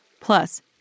Plus